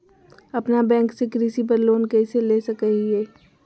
अपना बैंक से कृषि पर लोन कैसे ले सकअ हियई?